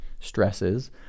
stresses